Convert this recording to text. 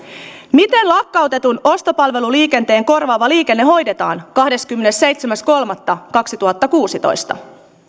miten lakkautetun ostopalveluliikenteen korvaava liikenne hoidetaan kahdeskymmenesseitsemäs kolmatta kaksituhattakuusitoista